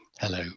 hello